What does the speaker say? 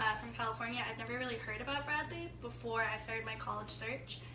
from california. i'd never really heard about bradley before i started my college search.